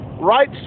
Right